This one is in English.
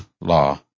law